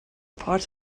part